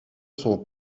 son